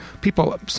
people